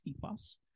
plus